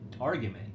argument